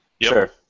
Sure